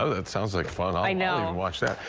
ah that sounds like fun. i'll you know watch that.